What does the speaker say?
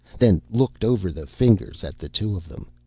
then looked over the fingers at the two of them.